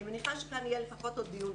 אני מניחה שכאן יהיה לפחות עוד דיון אחד.